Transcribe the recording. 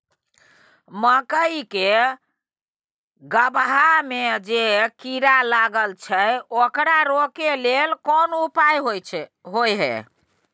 मकई के गबहा में जे कीरा लागय छै ओकरा रोके लेल कोन उपाय होय है?